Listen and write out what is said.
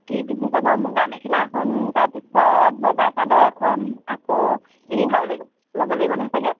কি পিন্ধি যাব মুগা মেখেলা এখন তাৰপিছত বগা চাদৰ এখন আকৌ ৰিহাও ল'ব লাগিব নহয় চাগে